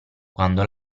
quando